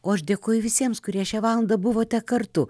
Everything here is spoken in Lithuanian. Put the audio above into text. o aš dėkoju visiems kurie šią valandą buvote kartu